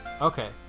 Okay